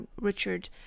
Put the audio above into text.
Richard